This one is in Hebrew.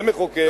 כמחוקק,